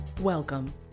Welcome